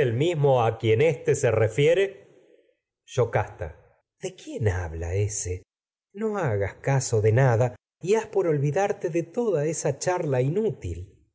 el mismo a quien éste refiere tragedias de sófocles yocasta de quién habla ése no hagas caso de nada y haz por olvidarte de toda esa charla inútil